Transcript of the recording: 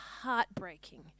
heartbreaking